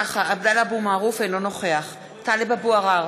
עבדאללה אבו מערוף, אינו נוכח טלב אבו עראר,